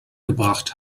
gebracht